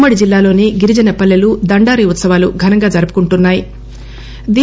ఉమ్మడి జిల్లాలోని గిరిజన పల్లెలు దండారి ఉత్సవాలు జరుపుకుంటున్నా రు